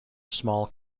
small